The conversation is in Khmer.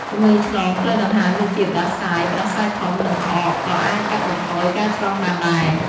ជំងឺឆ្លងផ្លូវដង្ហើមដូចជា ផ្តាសាយ ផ្តាសាយធំ និងក្អក ក៏អាចកាត់បន្ថយការឆ្លងបានដែរ។